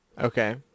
Okay